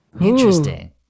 Interesting